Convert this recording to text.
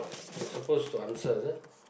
you are supposed to answer is it